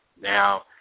Now